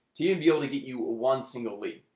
do you be able to get you one single lead?